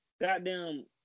goddamn